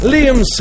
Liam